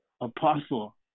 apostle